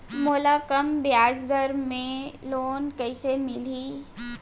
मोला कम ब्याजदर में लोन कइसे मिलही?